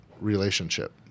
relationship